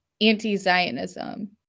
anti-Zionism